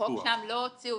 החוק שם ההיפך.